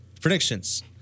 Predictions